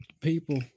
people